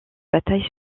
batailles